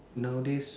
nowadays